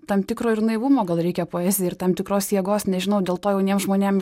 tam tikro ir naivumo gal reikia poezijai ir tam tikros jėgos nežinau dėl to jauniem žmonėm